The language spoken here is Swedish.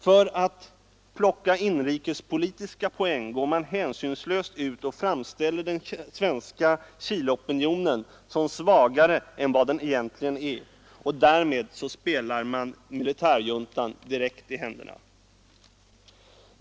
För att plocka inrikespolitiska poäng går man hänsynslöst ut och framställer den svenska Chileopinionen som svagare än den egentligen är. Därmed spelar man direkt militärjuntan i händerna.